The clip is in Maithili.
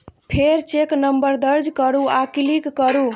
फेर चेक नंबर दर्ज करू आ क्लिक करू